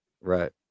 Right